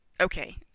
Okay